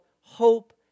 hope